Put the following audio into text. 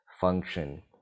function